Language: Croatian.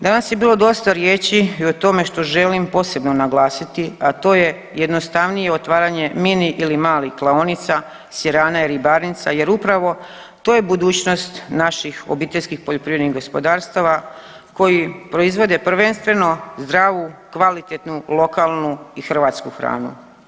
Danas je bilo dosta riječi i o tome što želim posebno naglasiti, a to je jednostavnije otvaranje mini ili malih klaonica, sirana i ribarnica jer upravo to je budućnost naših obiteljskih poljoprivrednih gospodarstava koji proizvode prvenstveno zdravu, kvalitetnu, lokalnu i hrvatsku hranu.